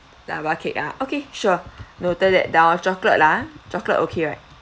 lava cake ah okay sure noted that down chocolate ah chocolate okay right